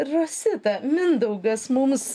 rosita mindaugas mums